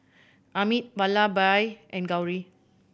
Amit Vallabhbhai and Gauri